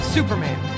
Superman